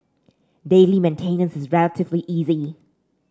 daily maintenance is relatively easy